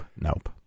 Nope